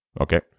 Okay